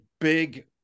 big